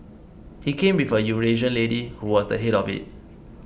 he came with a Eurasian lady who was the head of it